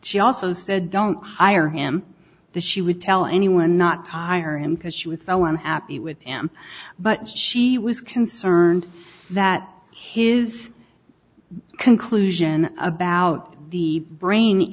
she also said don't hire him that she would tell anyone not hire him because she was so i'm happy with them but she was can learned that his conclusion about the brain